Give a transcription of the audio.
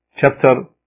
Chapter